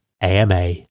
AMA